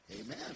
Amen